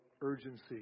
urgency